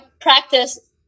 practice